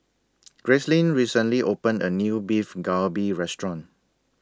Gracelyn recently opened A New Beef Galbi Restaurant